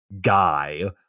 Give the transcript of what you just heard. guy